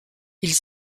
ils